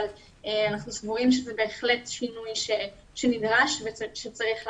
אבל אנחנו סבורים שבהחלט זה שינוי נדרש צריך לעשות.